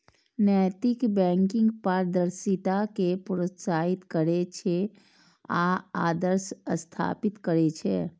नैतिक बैंकिंग पारदर्शिता कें प्रोत्साहित करै छै आ आदर्श स्थापित करै छै